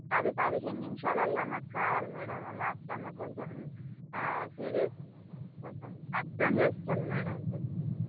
పది పదిహేను నిమిషాలలో నాకు కావాలి మేడమ్ మా అత్తమ్మ కొంచం సిరీస్ కొంచెం అర్దం చేసుకోండి మేడమ్